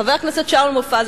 חבר הכנסת שאול מופז,